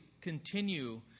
continue